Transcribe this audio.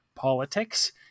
politics